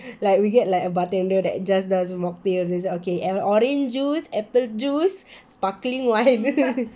like we get like a bartender that just does mocktail okay and orange juice apple juice sparkling wine